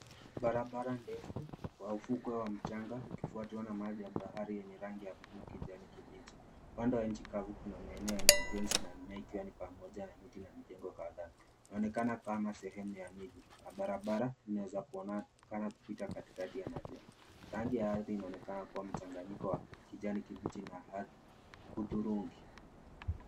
Barabara ndefu wa ufukwe wa mchanga ukifuatwa na maji ya bahari yenye rangi buluu kijani kibichi. Upande wa inchi kavu kuna maeneo ya ujenzi ikiwa ni pamoja na miti na mjengo kadhaa. Kunaonekana pana sehemu ya jiji na barabara ni za kuonana ukipita katikati ya majengo. Rangi ya ardhi inaonekana kuwa mchanganyiko wa kijani kibichi na rangi ya hudhurungi.